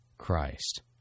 christ